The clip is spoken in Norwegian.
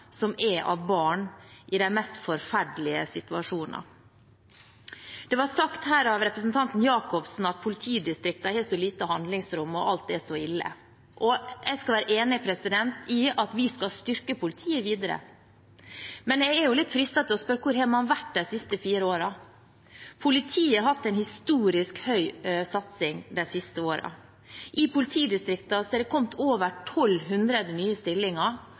som er av barn i de mest forferdelige situasjoner. Det ble sagt her av representanten Jacobsen at politidistriktene har så lite handlingsrom, og alt er så ille. Jeg er enig i at vi skal styrke politiet videre, men jeg er litt fristet til å spørre: Hvor har man vært de siste fire årene? Politiet har hatt en historisk høy satsing de siste årene. I politidistriktene har det kommet over 1 200 nye stillinger,